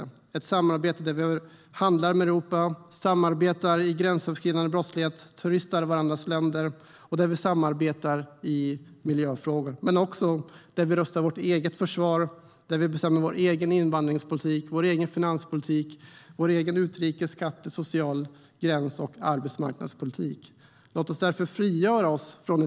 I detta samarbete kan vi handla med Europa, samarbeta mot gränsöverskridande brottslighet, turista i varandras länder och samarbeta i miljöfrågor. Men vi rustar vårt eget försvar och bestämmer över vår egen invandringspolitik, finanspolitik, utrikespolitik, skattepolitik, socialpolitik, gränspolitik och arbetsmarknadspolitik.